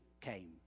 came